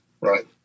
Right